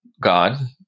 God